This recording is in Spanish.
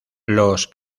los